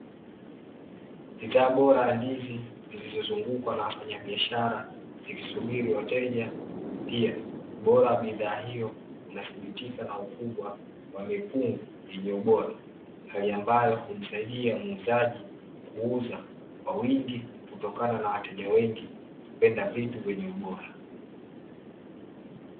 Bidhaa bora ya ndizi zilizozungukwa na wafanyabiashara zikisubiri wateja, pia ubora wa bidhaa hiyo unathibitika na ukubwa wa mikungu yenye ubora; hali ambayo humsaidia muuzaji kuuza kwa wingi kutokana na wateja wengi kupenda vitu vyenye ubora